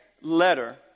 letter